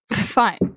Fine